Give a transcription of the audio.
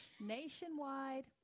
nationwide